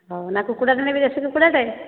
ହେଉ ନା କୁକୁଡ଼ା ନେବି ଦେଶୀ କୁକୁଡ଼ାଟେ